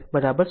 75 0